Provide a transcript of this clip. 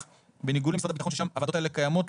בניגוד למשרד הביטחון ששם הוועדות האלה קיימות,